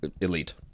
Elite